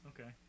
Okay